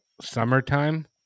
summertime